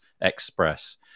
Express